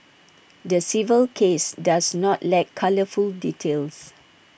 the civil case does not lack colourful details